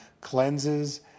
cleanses